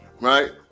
Right